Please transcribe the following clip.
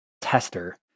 tester